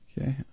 Okay